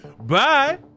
Bye